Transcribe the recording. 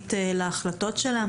עצמאית בהחלטות שלה.